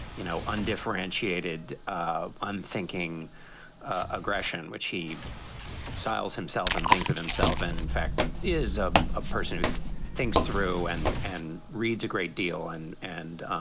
you know, undifferentiated, um unthinking aggression, which he siles himself and thinks that himself and in fact, is ah a person who thinks through and and reads a great deal and and